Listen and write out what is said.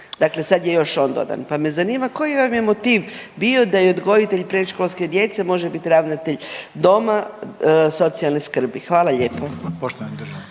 dakle sad je još on dodan. Pa me zanima koji vam je motiv bio da i odgojitelj predškolske djece može biti ravnatelj doma socijalne skrbi? Hvala lijepo.